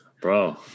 bro